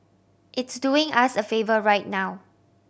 it's doing us a favour right now